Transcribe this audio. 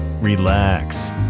relax